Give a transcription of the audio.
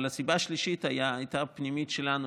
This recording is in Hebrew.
אבל הסיבה השלישית הייתה פנימית שלנו,